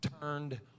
turned